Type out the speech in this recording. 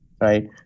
right